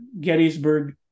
Gettysburg